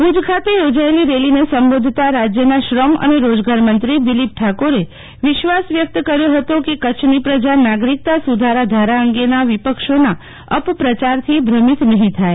ભુજ ખાતે યોજાયેલી રેલીને સંબોધતા રાજ્યના શ્રમ અને રોજગાર મંત્રી દિલીપ ઠાકોરે વિશ્વાસ વ્યક્ત કર્યો હતો કે કચ્છની પ્રજા નાગરિકતા સુધારા ધારા અગેના વિપક્ષોના અપ્રચારથી ભ્રમિત નહીં થાય